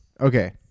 okay